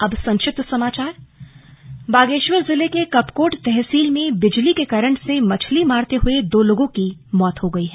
अब संक्षिप्त समाचार बागेश्वर जिले के कपकोट तहसील में बिजली के करंट से मछली मारते हुए दो लोगों की मौत हो गई है